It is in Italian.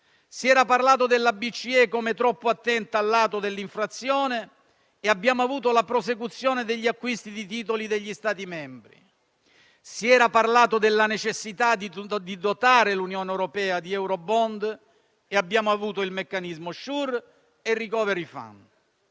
Si era parlato della BCE come troppo attenta al lato dell'inflazione, e abbiamo avuto la prosecuzione degli acquisti di titoli degli Stati membri. Si era parlato della necessità di dotare l'Unione europea di eurobond, e abbiamo avuto il meccanismo SURE e il *recovery fund*.